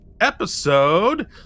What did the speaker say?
episode